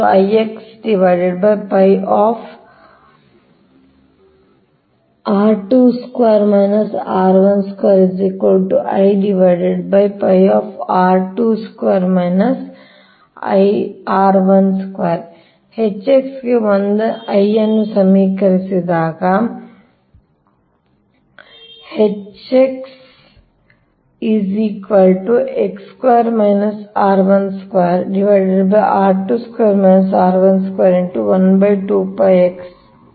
Hx ಗೆ I ನ್ನು ಸಮೀಕರಿಸಿದಾಗ ಆಗುತ್ತದೆ